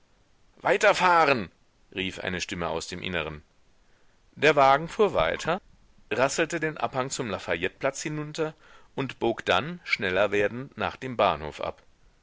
weiter fahren rief eine stimme aus dem inneren der wagen fuhr weiter rasselte den abhang zum lafayette platz hinunter und bog dann schneller werdend nach dem bahnhof ab